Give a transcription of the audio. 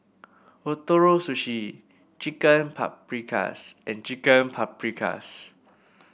Ootoro Sushi Chicken Paprikas and Chicken Paprikas